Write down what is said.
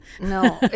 No